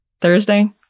Thursday